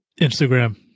Instagram